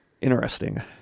Interesting